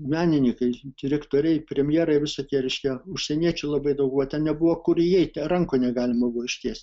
menininkai direktoriai premjerai visokie reiškia užsieniečių labai daug buvo ten nebuvo kur įeit rankų negalima buvo ištiest